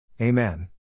Amen